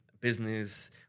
business